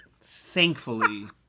Thankfully